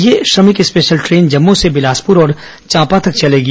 ये श्रमिक special train Jammu से बिलासपुर और चांपा तक चलेगी